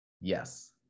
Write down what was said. Yes